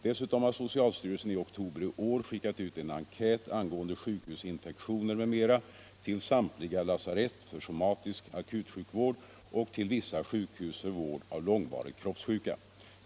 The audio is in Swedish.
Dessutom har socialstyrelsen i oktober i år skickat ut en enkät angående sjukhusinfektioner m.m. till samtliga lasarett för somatisk akutsjukvård och till vissa sjukhus för vård av långvarigt kroppssjuka.